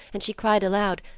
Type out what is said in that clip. and she cried aloud,